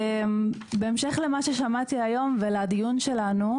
בהמשך למה ששמעתי היום ולדיון שלנו,